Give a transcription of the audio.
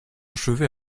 chevet